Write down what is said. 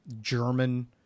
german